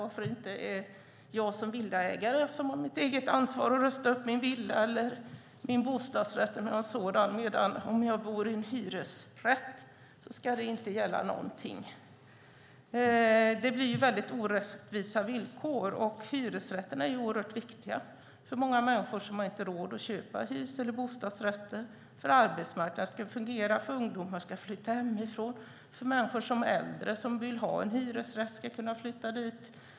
Om jag är villaägare har jag mitt eget ansvar för att rusta upp min villa eller min bostadsrätt, men om jag bor i en hyresrätt ska ingenting gälla. Det blir väldigt orättvisa villkor. Hyresrätterna är oerhört viktiga för många människor som inte har råd att köpa hus eller bostadsrätter, för att arbetsmarknaden ska fungera, för att ungdomar ska kunna flytta hemifrån, för att människor som är äldre och vill ha en hyresrätt ska kunna flytta dit.